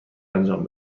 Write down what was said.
انجام